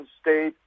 State